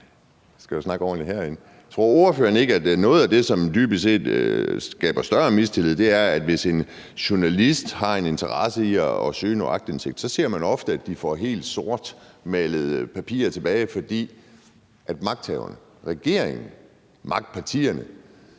herinde – ikke, at noget af det, som dybest set skaber større mistillid, er, at man ofte ser, hvis en journalist har en interesse i noget og søger aktindsigt, at de får helt sortmalede papirer tilbage, fordi magthaverne, regeringen og magtpartierne